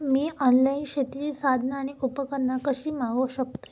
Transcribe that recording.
मी online शेतीची साधना आणि उपकरणा कशी मागव शकतय?